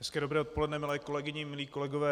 Hezké dobré odpoledne, milé kolegyně, milí kolegové.